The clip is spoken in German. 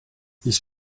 ich